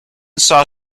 saw